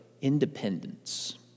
independence